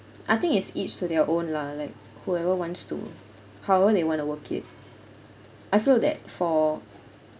I think it's each to their own lah like whoever wants to however they want to work it I feel that for